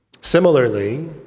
Similarly